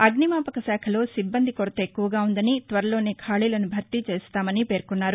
అగ్నిమాపక శాఖలో సిబ్బంది కొరత ఎక్కువగా ఉ ందని త్వరలోనే ఖాళీలను భర్తీ చేస్తామని పేర్కొన్నారు